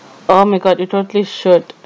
oh my god you totally should